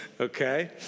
Okay